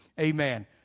Amen